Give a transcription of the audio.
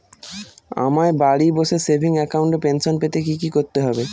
আমায় বাড়ি বসে সেভিংস অ্যাকাউন্টে পেনশন পেতে কি কি করতে হবে?